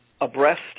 abreast